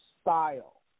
style